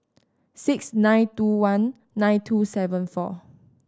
six nine two one nine two seven four